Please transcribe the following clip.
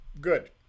good